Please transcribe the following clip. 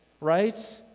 right